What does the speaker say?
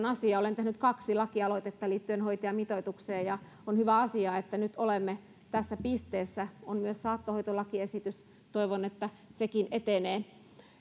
asia olen tehnyt kaksi lakialoitetta liittyen hoitajamitoitukseen ja on hyvä asia että nyt olemme tässä pisteessä on myös saattohoitolakiesitys toivon että sekin etenee